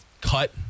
cut